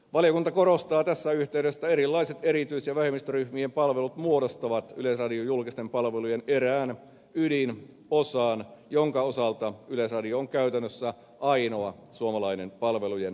valiokunta korostaa tässä yhteydessä että erilaiset erityis ja vähemmistöryhmien palvelut muodostavat yleisradion julkisten palvelujen erään ydinosan jonka osalta yleisradio on käytännössä ainoa suomalainen palvelujen tarjoaja